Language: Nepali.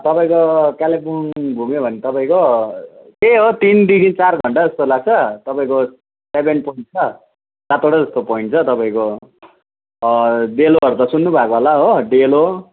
तपाईँको कालेबुङ घुम्यो भने तपाईँको त्यही हो तिनदेखि चार घन्टा जस्तो लाग्छ तपाईँको सेबेन पोइन्ट छ सातवटा जस्तो पोइन्ट छ तपाईँको डेलोहरू त सुन्नु भएको होला हो डेलो